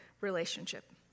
relationship